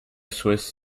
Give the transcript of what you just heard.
swiss